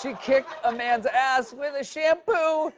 she kicked a man's ass with shampoo